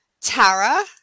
Tara